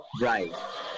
Right